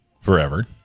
forever